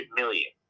million